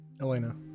Elena